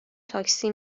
تاکسی